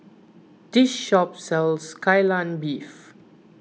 this shop sells Kai Lan Beef